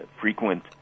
frequent